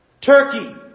Turkey